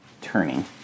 turning